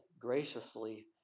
graciously